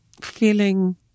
feeling